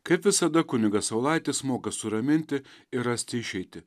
kaip visada kunigas saulaitis moka suraminti ir rasti išeitį